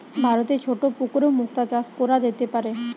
ভারতে ছোট পুকুরেও মুক্তা চাষ কোরা যেতে পারে